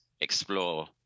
explore